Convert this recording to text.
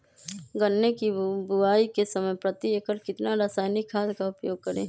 गन्ने की बुवाई के समय प्रति एकड़ कितना रासायनिक खाद का उपयोग करें?